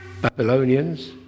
Babylonians